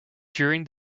during